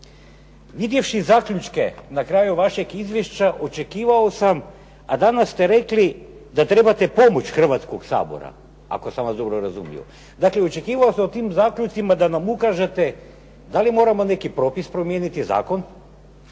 Vidjevši zaključke na kraju vašeg izvješća očekivao sam, a danas ste rekli da trebate pomoć Hrvatskog sabora ako sam vas dobro razumio? Dakle, očekivao sam u tim zaključcima da nam ukažete da li moramo neki propis promijeniti, zakon?